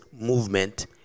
movement